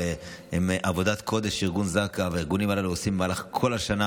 אבל ארגון זק"א והארגונים האלה עושים עבודת קודש במהלך כל השנה.